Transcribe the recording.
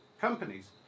companies